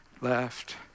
left